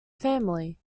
family